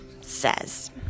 Says